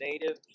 native